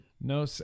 No